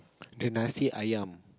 the nasi Ayam